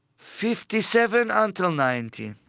fifty-seven until ninety.